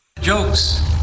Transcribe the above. Jokes